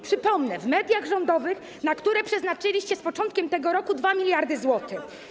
Przypomnę: w mediach rządowych, na które przeznaczyliście z początkiem tego roku 2 mld zł.